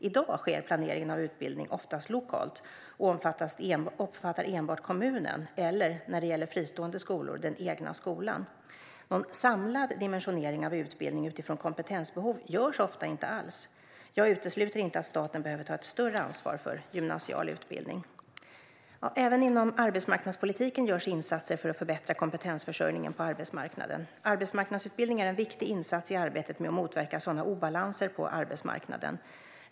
I dag sker planering av utbildning oftast lokalt och omfattar enbart kommunen eller, när det gäller fristående skolor, den egna skolan. Någon samlad dimensionering av utbildning utifrån kompetensbehov görs ofta inte alls. Jag utesluter inte att staten behöver ta ett större ansvar för gymnasial utbildning. Även inom arbetsmarknadspolitiken görs insatser för att förbättra kompetensförsörjningen på arbetsmarknaden. Arbetsmarknadsutbildning är en viktig insats i arbetet med att motverka sådana obalanser på arbetsmarknaden.